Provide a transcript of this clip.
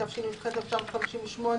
התשי"ח-1958,